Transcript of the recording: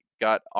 got